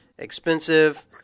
Expensive